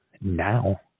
Now